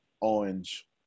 orange